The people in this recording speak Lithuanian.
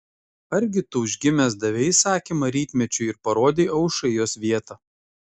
argi tu užgimęs davei įsakymą rytmečiui ir parodei aušrai jos vietą